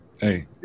Hey